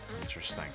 Interesting